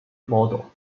model